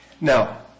Now